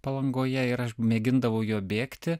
palangoje ir aš mėgindavau juo bėgti